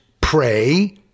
pray